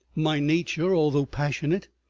my nature, although passionate,